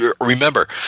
Remember